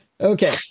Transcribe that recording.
Okay